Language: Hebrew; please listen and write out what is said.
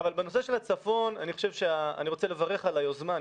אבל בנושא של הצפון, אני רוצה לברך על היוזמה.